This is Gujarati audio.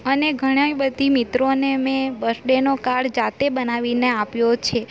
અને ઘણાય બધી મિત્રોને મેં બર્થ ડેનો કાર્ડ જાતે બનાવીને આપ્યો છે